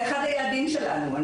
זה אחד היעדים שלנו.